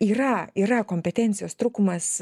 yra yra kompetencijos trūkumas